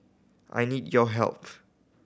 I need your help